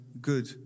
good